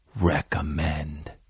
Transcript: recommend